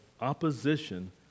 opposition